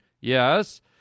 Yes